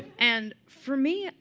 and for me,